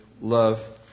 love